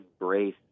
embrace